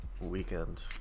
weekend